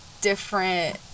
different